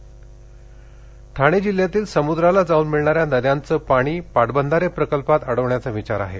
गडकरी ठाणे जिल्ह्यातील समुद्राला जाऊन मिळणाऱ्या नद्यांचं पाणी पाटबंधारे प्रकल्पात अडवण्याचा विचार आहे